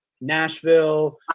Nashville